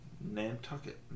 Nantucket